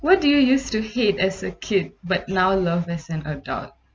what do you used to hate as a kid but now love as an adult